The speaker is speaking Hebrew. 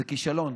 זה כישלון.